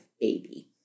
baby